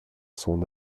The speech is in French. son